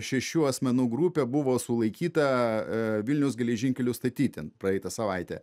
šešių asmenų grupė buvo sulaikyta vilniaus geležinkelio stoty ten praeitą savaitę